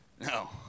No